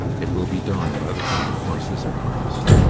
it will be dawn by the time the horses are harnessed.